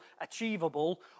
achievable